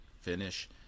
finish